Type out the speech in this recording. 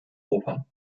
opern